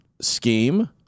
scheme